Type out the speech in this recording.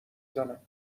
زنم